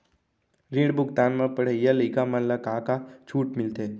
ऋण भुगतान म पढ़इया लइका मन ला का का छूट मिलथे?